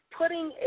putting